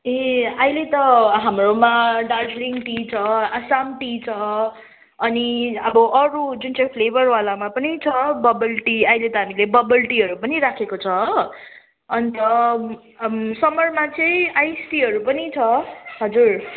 ए अहिले त हाम्रोमा दार्जिलिङ टी छ आसाम टी छ अनि अब अरू जुन चाहिँ फ्लेबर वालामा पनि छ बबल टी अहिले त हामीले बबल टीहरू पनि राखेको छ हो अन्त समरमा चाहिँ आइस टीहरू पनि छ हजुर